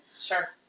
sure